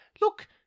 look